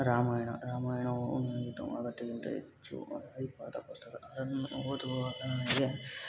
ರಾಮಾಯಣ ರಾಮಾಯಣವು ನನಗೆ ತುಂಬ ಅಗತ್ಯಕ್ಕಿಂತ ಹೆಚ್ಚು ಹೈಪಾದ ಪುಸ್ತಕ ಅದನ್ನು ಓದುವಾಗ ನನಗೆ